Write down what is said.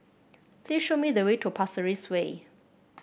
please show me the way to Pasir Ris Way